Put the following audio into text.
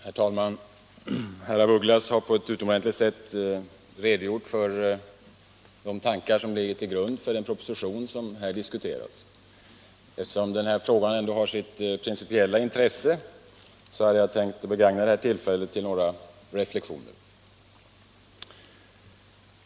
Herr talman! Herr af Ugglas har på ett utomordentligt sätt redogjort för de tankar som ligger till grund för den proposition som här diskuteras. Eftersom denna fråga ändå har sitt principiella intresse vill jag begagna det här tillfället till några reflexioner.